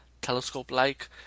telescope-like